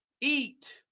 eat